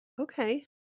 Okay